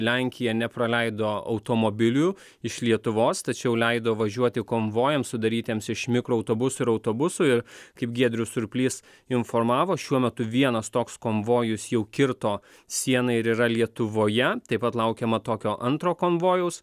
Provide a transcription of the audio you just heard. lenkija nepraleido automobilių iš lietuvos tačiau leido važiuoti konvojams sudarytiems iš mikroautobusų ir autobusų ir kaip giedrius surplys informavo šiuo metu vienas toks konvojus jau kirto sieną ir yra lietuvoje taip pat laukiama tokio antro konvojaus